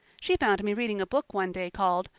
she found me reading a book one day called,